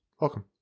welcome